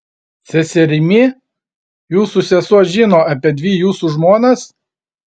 seserimi jūsų sesuo žino apie dvi jūsų žmonas